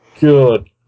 Good